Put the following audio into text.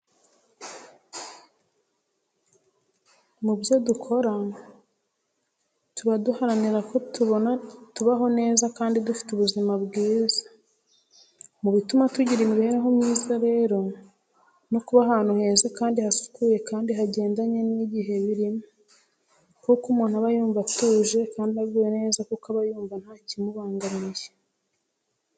Mu byo dukora tuba duharanira ko tubaho neza kandi dufite ubuzima bwiza. Mu bituma tugira imibereho myiza rero no kuba ahantu heza kandi hasukuye kandi hagendanye n'igihe birimo. Kuko umuntu aba yumva atuje kandi aguwe neza kuko aba yumva ntakimubangamiye.